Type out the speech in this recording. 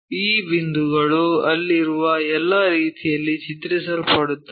ಈ ಬಿಂದುಗಳು ಅಲ್ಲಿರುವ ಎಲ್ಲಾ ರೀತಿಯಲ್ಲಿ ಚಿತ್ರಿಸಲ್ಪಡುತ್ತವೆ